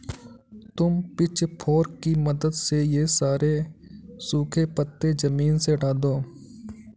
तुम पिचफोर्क की मदद से ये सारे सूखे पत्ते ज़मीन से हटा दो